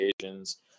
occasions